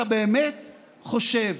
אתה באמת חושב